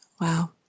Wow